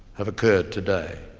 have occurred today?